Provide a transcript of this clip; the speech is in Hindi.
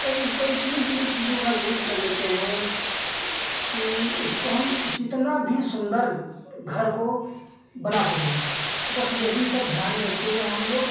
कई कई किन्ही किन्ही चीज़ों का यूज़ कर लेते हैं कि उसको हम जितना भी सुन्दर घर को बना सकें बस यही सब ध्यान में रखते हुए हमलोग